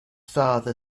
father